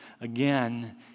again